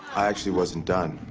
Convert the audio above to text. i actually wasn't done.